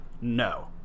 No